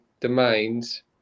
domains